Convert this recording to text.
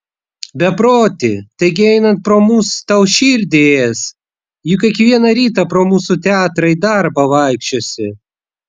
beproti taigi einant pro mus tau širdį ės juk kiekvieną rytą pro mūsų teatrą į darbą vaikščiosi